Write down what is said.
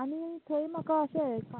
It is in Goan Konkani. आनी थंय म्हाका अशें